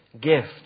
gift